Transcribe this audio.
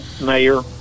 Mayor